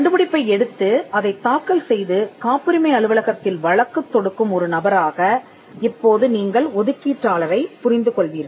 கண்டுபிடிப்பை எடுத்து அதைத் தாக்கல் செய்து காப்புரிமை அலுவலகத்தில் வழக்கு தொடுக்கும் ஒரு நபராக இப்போது நீங்கள் ஒதுக்கீட்டாளரைப் புரிந்து கொள்வீர்கள்